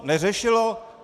Neřešilo?